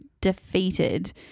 defeated